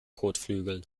kotflügeln